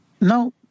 No